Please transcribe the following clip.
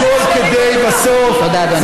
הכול כדי, בסוף, תודה, אדוני.